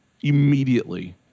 immediately